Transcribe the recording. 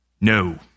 no